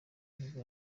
nibwo